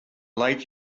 lake